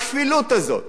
הכפילות הזאת